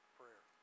prayer